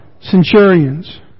centurions